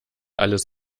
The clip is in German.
alles